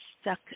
stuck